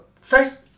First